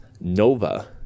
Nova